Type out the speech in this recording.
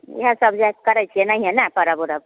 इएहा सब जाए कऽ करै छियै एनाहिए ने पर्ब उरब